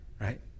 Right